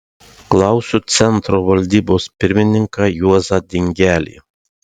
klausiu centro valdybos pirmininką juozą dingelį